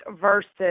versus